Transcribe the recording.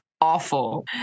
awful